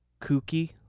kooky